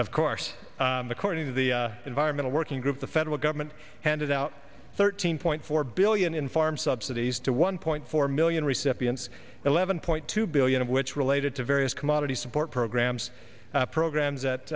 of course according to the environmental working group the federal government handed out thirteen point four billion in farm subsidies to one point four million recipients eleven point two billion of which related to various commodity support programs programs